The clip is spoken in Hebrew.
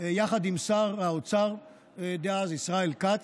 יחד עם שר האוצר דאז ישראל כץ,